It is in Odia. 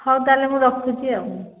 ହଉ ତାହେଲେ ମୁଁ ରଖୁଛି ଆଉ